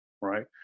Right